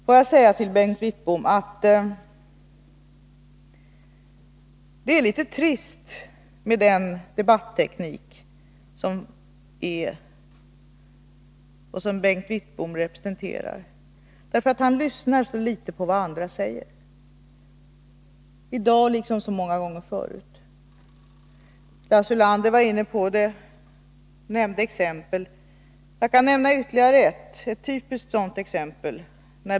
Får jag säga till Bengt Wittbom att den debatteknik som han representerar är litet trist, därför att han så litet lyssnar på vad andra säger, i dag liksom så många gånger förut. Lars Ulander var inne på det och nämnde exempel. Jag kan nämna ytterligare ett exempel, ett typiskt sådant.